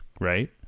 right